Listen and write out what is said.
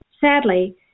Sadly